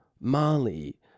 Mali